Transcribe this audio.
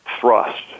thrust